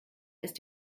ist